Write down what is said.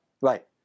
Right